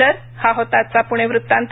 तर हा होता आजचा पुणे वृत्तांत